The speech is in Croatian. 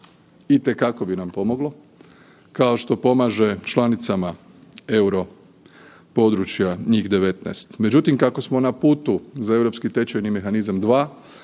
Itekako bi nam pomoglo, kao što pomaže članicama Europodručja, njih 19. Međutim, kako smo na putu za Europski tečajni mehanizam 2,